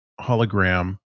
hologram